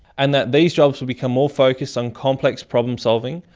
and that these jobs will become more focused on complex problem solving,